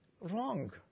wrong